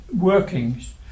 workings